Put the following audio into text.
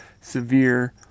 severe